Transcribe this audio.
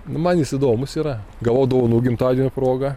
man jis įdomus yra gavau dovanų gimtadienio proga